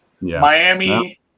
Miami